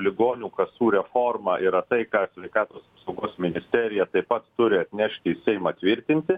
ligonių kasų reforma yra tai ką sveikatos apsaugos ministerija taip pat turi nešti į seimą tvirtinti